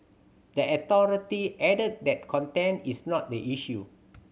the authority added that content is not the issue